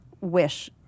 wish